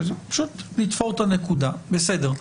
פשוט נתפור את הנקודה, בסדר.